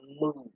move